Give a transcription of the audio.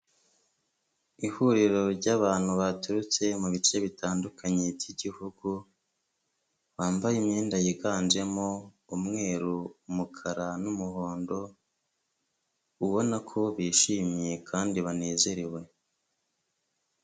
Ihuriro ry'abantu baturutse mubi bice bitandukanye by'igihugu, bambaye imyenda yiganjemo umweru, umukara n'umuhondo, ubona ko bishimye kandi banezerewe.